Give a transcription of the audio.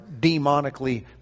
demonically